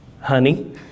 Honey